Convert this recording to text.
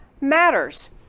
matters